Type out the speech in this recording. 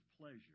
pleasure